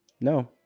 No